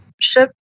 ship